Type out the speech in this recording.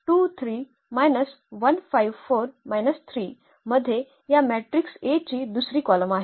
आणि नंतर मध्ये या मॅट्रिक्स A ची दुसरी कॉलम आहे